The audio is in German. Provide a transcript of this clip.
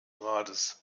rates